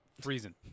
freezing